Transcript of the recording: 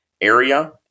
area